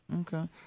Okay